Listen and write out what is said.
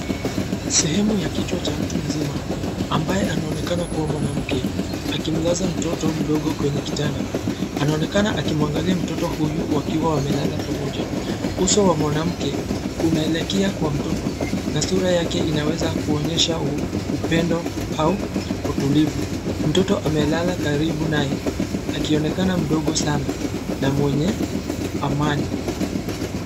Sehemu ya kichwa cha mtu mzima ambaye anaonekana kua mwanamke akimlaza mtoto mdogo kitanda. Anaonekana akimwangalia mtoto huyu wakiwa wamelala pamoja. Uso wa mwanamke unaelekea kwa mtoto na sura yake inaweza kuonyesha upendo au utulivu. Mtoto amelala karibu naye akionekana mdogo sana na mwenye amani.